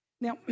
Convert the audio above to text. Now